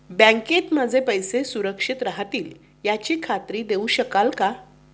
बँकेत माझे पैसे सुरक्षित राहतील याची खात्री देऊ शकाल का?